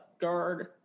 guard